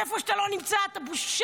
איפה שאתה לא נמצא אתה בושה,